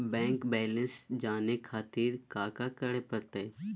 Bank balance जाने खातिर काका करे पड़तई?